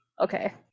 okay